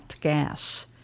gas